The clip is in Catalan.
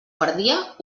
perdia